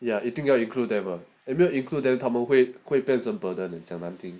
ya 一定要 include them [what] 你没有 include then 他们会会跟很多人讲难听